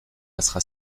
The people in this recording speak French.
passera